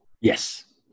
Yes